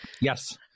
Yes